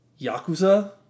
Yakuza